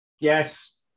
Yes